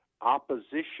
opposition